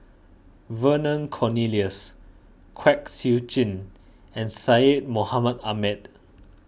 Vernon Cornelius Kwek Siew Jin and Syed Mohamed Ahmed